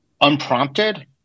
unprompted